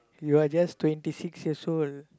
you are just twenty six years old